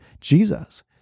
Jesus